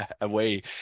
away